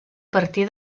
partir